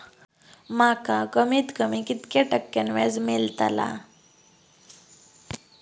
माका कमीत कमी कितक्या टक्क्यान व्याज मेलतला?